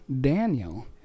Daniel